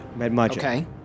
okay